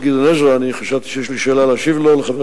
היתה לאנשים תשובה מאיפה הכספים הללו באים,